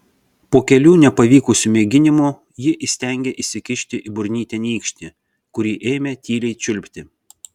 po kelių nepavykusių mėginimų ji įstengė įsikišti į burnytę nykštį kurį ėmė tyliai čiulpti